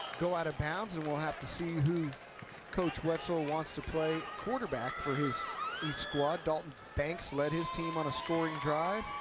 go out of bounds, and have to see who coach wetzel wants to play quarterback for his east squad. dalton banks led his team on a scoring drive.